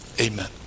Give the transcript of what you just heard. amen